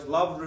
Love